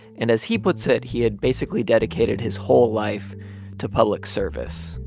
and as he puts it, he had basically dedicated his whole life to public service.